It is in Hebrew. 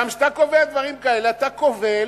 כשאתה קובע דברים כאלה, אתה כובל,